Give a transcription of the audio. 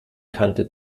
kante